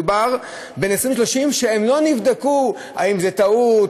מדובר בין 20 ל-30 שלא נבדק לגביהם אם זאת טעות,